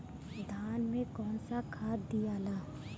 धान मे कौन सा खाद दियाला?